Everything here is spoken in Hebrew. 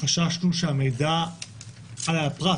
חששנו שהמידע החל על הפרט